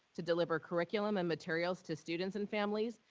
to deliver curriculum and materials to students and families,